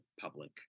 public